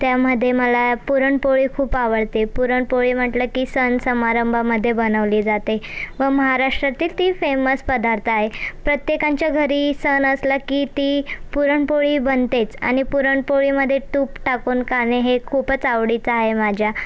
त्यामध्ये मला पुरणपोळी खूप आवडते पुरणपोळी म्हटलं की सण समारंभामध्ये बनवली जाते व महाराष्ट्रातील ती फेमस पदार्थ आहे प्रत्येकाच्या घरी सण असला की ती पुरणपोळी बनतेच आणि पुरणपोळीमध्ये तूप टाकून खाणे हे खूपच आवडीचं आहे माझ्या